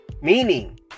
meaning